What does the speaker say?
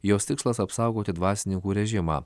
jos tikslas apsaugoti dvasininkų režimą